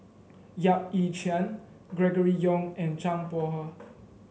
Yap Ee Chian Gregory Yong and Zhang Bohe